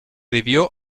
debió